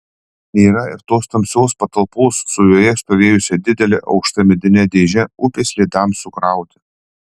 nėra ir tos tamsios patalpos su joje stovėjusia didele aukšta medine dėže upės ledams sukrauti